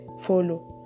follow